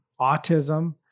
autism